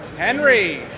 Henry